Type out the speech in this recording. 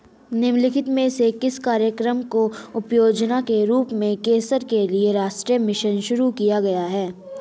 निम्नलिखित में से किस कार्यक्रम को उपयोजना के रूप में कैंसर के लिए राष्ट्रीय मिशन शुरू किया गया है?